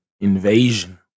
invasion